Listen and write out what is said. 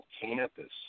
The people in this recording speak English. campus